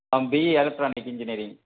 அவன் BE electronic engineering